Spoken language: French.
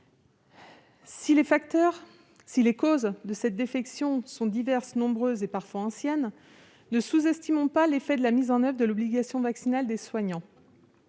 Si les causes de ces défections sont diverses, nombreuses et parfois anciennes, ne sous-estimons pas l'effet de la mise en oeuvre de l'obligation vaccinale des soignants.